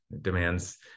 demands